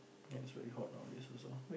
and it's very hot nowadays also